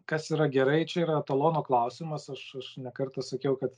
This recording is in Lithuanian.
kas yra gerai čia yra etalono klausimas aš ne kartą sakiau kad